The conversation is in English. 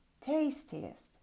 tastiest